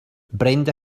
brenda